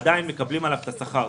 עדיין מקבלים עליהם את השכר.